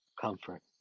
comfort